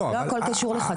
לא הכול קשור לחקיקה.